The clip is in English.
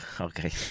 Okay